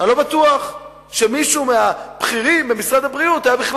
אני לא בטוח שמישהו מהבכירים במשרד הבריאות היה בכלל